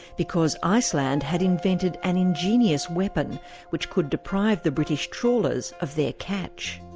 because iceland had invented an ingenious weapon which could deprive the british trawlers of their catch.